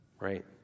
right